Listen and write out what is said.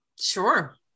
sure